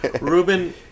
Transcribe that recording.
Ruben